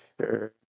sure